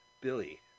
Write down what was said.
Billy